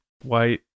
white